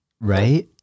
Right